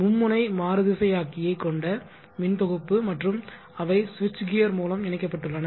மும்முனை மாறுதிசையாக்கியை கொண்ட மின் தொகுப்பு மற்றும் அவை சுவிட்ச் கியர் மூலம் இணைக்கப்பட்டுள்ளன